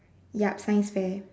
yup science fair